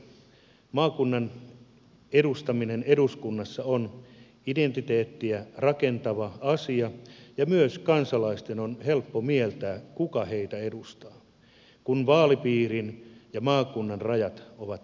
maakunnan edustaminen eduskunnassa on identiteettiä rakentava asia ja myös kansalaisten on helppo mieltää kuka heitä edustaa kun vaalipiirin ja maakunnan rajat ovat yhteneväiset